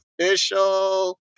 official